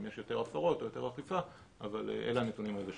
אם יש הפרות או יותר אכיפה אבל אלה הנתונים היבשים.